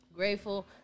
Grateful